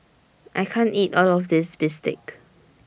I can't eat All of This Bistake